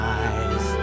eyes